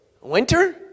Winter